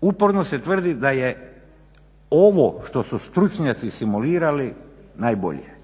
uporno se tvrdi da je ovo što su stručnjaci simulirali najbolje.